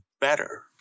better